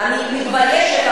אני מתביישת,